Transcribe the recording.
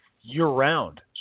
year-round